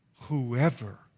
whoever